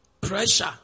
pressure